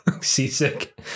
seasick